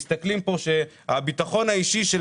מסתכלים על זה כאילו הביטחון האישי של